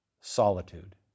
Solitude